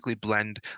blend